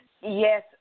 yes